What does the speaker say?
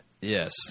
Yes